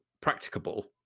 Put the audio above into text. practicable